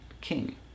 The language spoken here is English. king